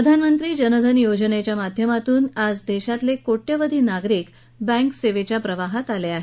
प्रधानमंत्री जनधन योजनेच्या माध्यमातून आज देशातले कोट्यवधी नागरिक बँक सेवेच्या प्रवाहात आले आहेत